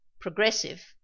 progressive